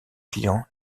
clients